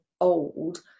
old